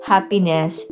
Happiness